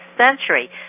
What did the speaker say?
century